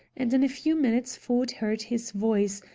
and in a few minutes ford heard his voice,